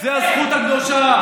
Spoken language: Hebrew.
זו הזכות הקדושה.